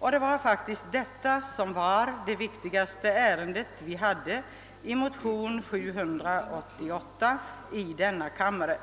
Och det var faktiskt detta som var det viktigaste önskemålet i motion nr 788 i denna kammare.